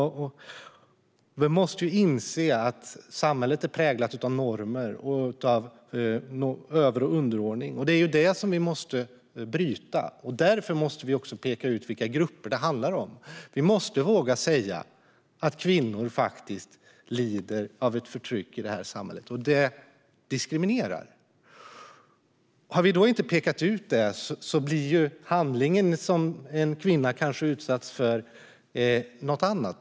Vi måste inse att samhället är präglat av normer och av över och underordning. Det är detta vi måste bryta, och därför måste vi peka ut vilka grupper det handlar om. Vi måste våga säga att kvinnor lider av ett förtryck i samhället och att detta diskriminerar. Om vi inte har pekat ut det blir den handling som en kvinna kanske utsätts för något annat.